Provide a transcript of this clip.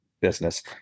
Business